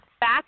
back